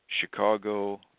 Chicago